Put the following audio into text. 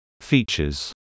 Features